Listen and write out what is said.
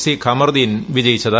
C Kamaruddin വിജയിച്ചത്